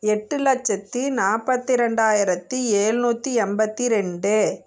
எட்டு லட்சத்தி நாற்பத்தி ரெண்டாயிரத்தி ஏழ்நூற்றி எண்பத்தி ரெண்டு